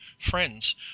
friends